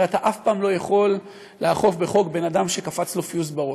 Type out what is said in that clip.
הרי אתה אף פעם לא יכול לאכוף בחוק בן אדם שקפץ לו פיוז בראש,